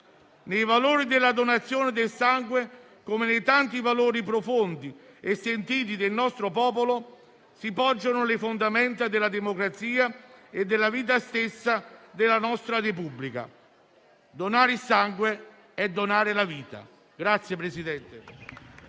Sui valori della donazione del sangue, come sui tanti valori profondi e sentiti del nostro popolo, poggiano le fondamenta della democrazia e della vita stessa della nostra Repubblica. Donare il sangue è donare la vita.